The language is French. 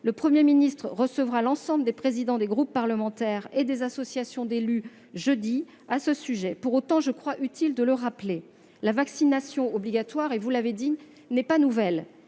Le Premier ministre recevra jeudi, sur ce sujet, l'ensemble des présidents des groupes parlementaires et des associations d'élus. Pour autant, je crois utile de le rappeler, la vaccination obligatoire, vous l'avez dit, n'est pas nouvelle,